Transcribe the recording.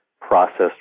processed